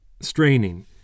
straining